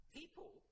people